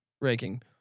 ranking